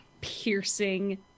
piercing